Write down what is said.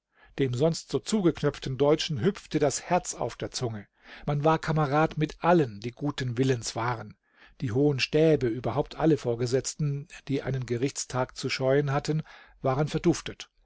dem sonst so zugeknöpften deutschen hüpfte das herz auf der zunge man war kamerad mit allen die guten willens waren die hohen stäbe überhaupt alle vorgesetzten die einen gerichtstag zu scheuen hatten waren verduftet